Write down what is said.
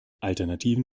alternativen